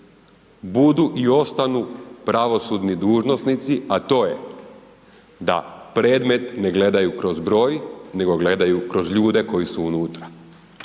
budu i ostanu pravosudni dužnosnici, a to je da predmet ne gledaju kroz broj nego gledaju kroz ljude koji su unutra.